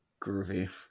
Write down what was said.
Groovy